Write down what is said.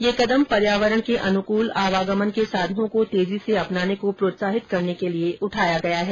यह कदम पर्यावरण के अनुकूल आवागमन के साधनों को तेजी से अपनाने को प्रोत्साहित करने के लिए उठाया गया है